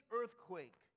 earthquake